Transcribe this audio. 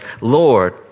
Lord